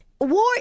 War